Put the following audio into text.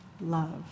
love